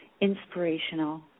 inspirational